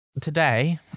Today